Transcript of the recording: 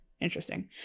Interesting